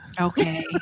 Okay